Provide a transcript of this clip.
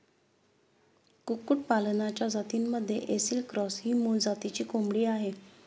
कुक्कुटपालनाच्या जातींमध्ये ऐसिल क्रॉस ही मूळ जातीची कोंबडी आहे